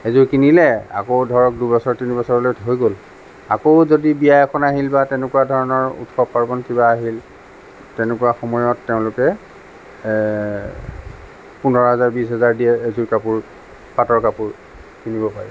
এযোৰ কিনিলে আকৌ ধৰক দুবছৰ তিনি বছৰলৈ হৈ গ'ল আকৌ যদি বিয়া এখন আহিল বা তেনেকুৱা ধৰণৰ উৎসৱ পাৰ্ৱণ কিবা আহিল তেনেকুৱা সময়ত তেওঁলোকে পোন্ধৰ হাজাৰ বিছ হাজাৰ দিয়ে এযোৰ কাপোৰ পাটৰ কাপোৰ কিনিব পাৰি